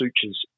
sutures